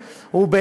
זה חמש שנים,